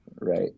right